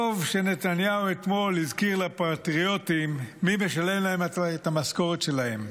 טוב שנתניהו הזכיר אתמול לפטריוטים מי משלם את המשכורת שלהם.